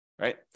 right